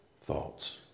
thoughts